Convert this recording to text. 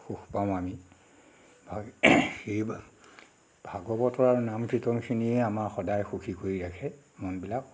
সুখ পাওঁ আমি হয় সেইবা ভাগৱতৰ আৰু নাম কীৰ্তনখিনিয়েই আমাৰ সদায় সুখী কৰি ৰাখে মনবিলাক